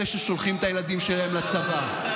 אלה ששולחים את הילדים שלהם לצבא,